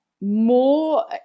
more